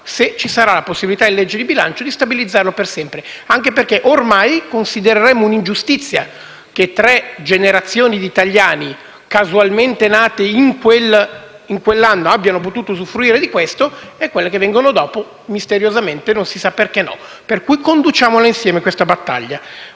se ci sarà possibilità in legge di bilancio di stabilizzarlo per sempre, anche perché ormai considereremmo un'ingiustizia che tre generazioni di italiani, casualmente nate in un determinato anno, abbiano potuto usufruire di questo e quelle successive, misteriosamente, no. Pertanto, conduciamola insieme, questa battaglia.